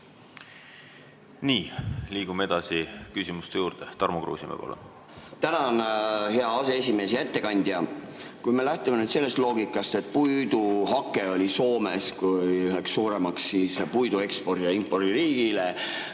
Nii. Liigume edasi küsimuste juurde. Tarmo Kruusimäe, palun! Tänan, hea aseesimees! Hea ettekandja! Kui me lähtume sellest loogikast, et puiduhake oli Soomele kui ühele suuremale puiduekspordi ja -impordi riigile